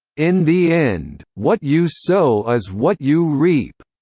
in the end, what you sow is what you reap.